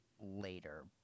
later